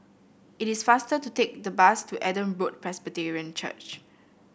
it is faster to take the bus to Adam Road Presbyterian Church